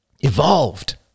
evolved